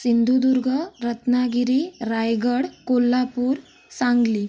Sindhudurg Ratnagiri Raigad Kolhapur Sangli